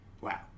Wow